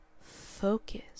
Focus